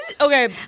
Okay